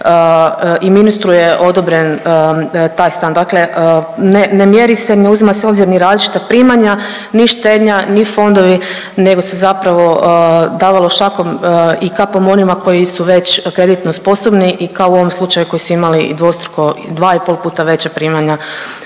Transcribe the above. i ministru je odobren taj stan, dakle ne, ne mjeri se, ne uzima se u obzir ni različita primanja, ni štednja, ni fondovi, nego se zapravo davalo šakom i kapom onima koji su već kreditno sposobni i kao u ovom slučaju koji su imali dvostruko dva i pol puta veća primanja